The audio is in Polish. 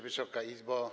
Wysoka Izbo!